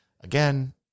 again